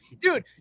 Dude